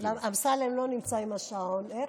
אמסלם לא נמצא עם השעון.